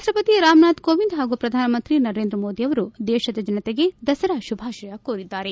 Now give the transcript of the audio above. ರಾಷ್ಷಪತಿ ರಾಮನಾಥ್ ಕೋವಿಂದ್ ಹಾಗೂ ಪ್ರಧಾನಮಂತ್ರಿ ನರೇಂದ್ರ ಮೋದಿ ಅವರು ದೇಶದ ಜನತೆಗೆ ದಸರಾ ಶುಭಾಶಯ ಕೋರಿದ್ದಾರೆ